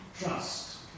trust